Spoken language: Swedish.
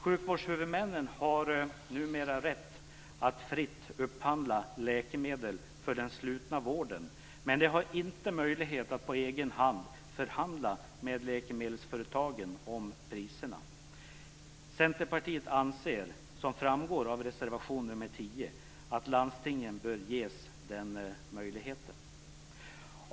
Sjukvårdshuvudmännen har numera rätt att fritt upphandla läkemedel för den slutna vården, men de har inte möjlighet att på egen hand förhandla med läkemedelsföretagen om priserna. Centerpartiet anser, som framgår av reservation nr 10, att landstingen bör ges den möjligheten.